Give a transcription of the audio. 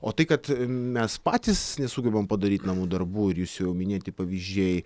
o tai kad mes patys nesugebam padaryt namų darbų ir jūs jau minėti pavyzdžiai